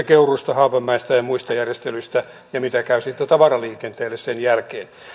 keuruulta haapamäeltä ja ja muista järjestelyistä ja siitä mitä käy sitten tavaraliikenteelle sen jälkeen